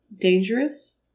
dangerous